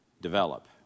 develop